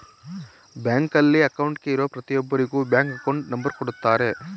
ಬ್ಯಾಂಕಲ್ಲಿ ಅಕೌಂಟ್ಗೆ ಇರೋ ಪ್ರತಿಯೊಬ್ಬರಿಗೂ ಬ್ಯಾಂಕ್ ಅಕೌಂಟ್ ನಂಬರ್ ಕೊಡುತ್ತಾರೆ